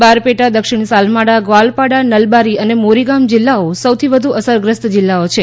બારપેટા દક્ષિણ સાલમાડા ગ્વાલપાડા નલબારી અને મોરી ગામ જિલ્લાઓ સૌથી વધુ અસરગ્રસ્ત જિલ્લાઓ છે